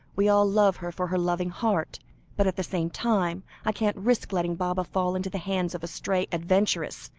we all love her for her loving heart but at the same time, i can't risk letting baba fall into the hands of a stray adventuress,